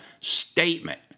statement